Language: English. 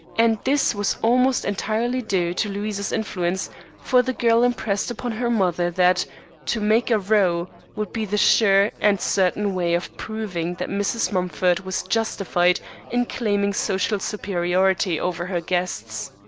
and this was almost entirely due to louise's influence for the girl impressed upon her mother that to make a row would be the sure and certain way of proving that mrs. mumford was justified in claiming social superiority over her guests.